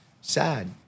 sad